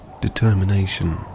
determination